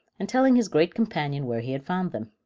and telling his great companion where he had found them.